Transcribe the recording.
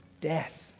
death